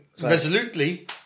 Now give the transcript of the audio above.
resolutely